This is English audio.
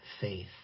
faith